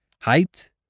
Height